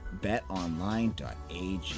BetOnline.ag